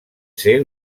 ser